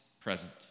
present